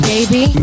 Baby